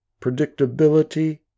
predictability